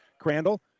Crandall